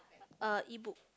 uh e-book